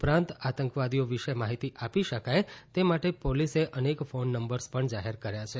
ઉપરાંત આતંકવાદીઓ વિશે માહિતી આપી શકાય તે માટે પોલીસે અનેક ફોન નંબર્સ પણ જાહેર કર્યા છે